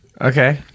Okay